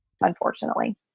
Unfortunately